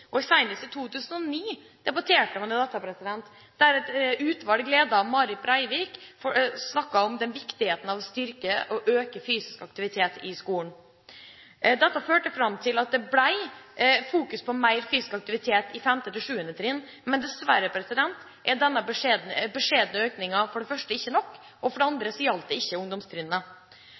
i 2009 debatterte man dette, da et utvalg, ledet av Marit Breivik, snakket om viktigheten av å styrke og øke den fysiske aktiviteten i skolen. Dette førte til at det ble fokusert på mer fysisk aktivitet fra 5. til 7. trinn, men dessverre er denne beskjedne økningen for det første ikke nok, og for det andre gjaldt det ikke ungdomstrinnet.